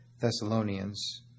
Thessalonians